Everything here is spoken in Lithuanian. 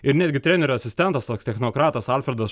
ir netgi trenerio asistentas toks technokratas alfredas